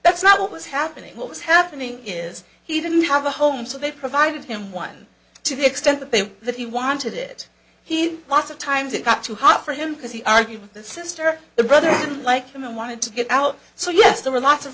that's not what was happening what was happening is he didn't have a home so they provided him one to the extent that they were that he wanted it he wants of times it got too hot for him because he argued with the sister the brother liked him and wanted to get out so yes there were lots of